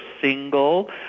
single